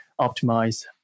optimize